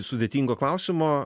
sudėtingo klausimo